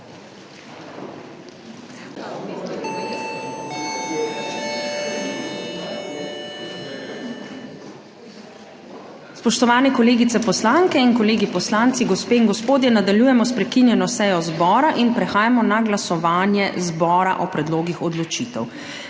Spoštovane kolegice poslanke in kolegi poslanci, gospe in gospodje! Nadaljujemo prekinjeno sejo zbora. Prehajamo na glasovanje zbora o predlogih odločitev.